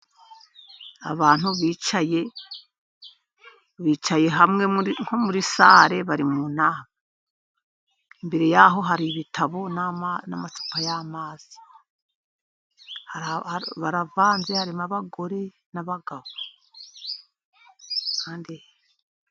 Abantu bicaye bicaye hamwe nko muri sale, bari mu nama imbere yaho hari ibitabo n'amacupa y'amazi, baravanze harimo abagore n'abagabo.